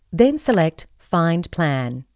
then select find plan.